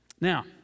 Now